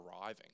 arriving